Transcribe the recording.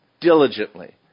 diligently